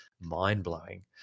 mind-blowing